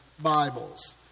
Bibles